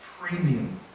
premium